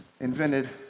invented